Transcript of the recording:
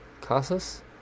Casas